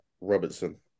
Robertson